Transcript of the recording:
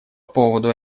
поводу